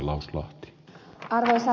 arvoisa puhemies